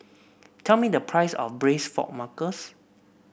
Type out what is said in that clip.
tell me the price of braise fork